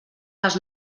les